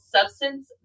substance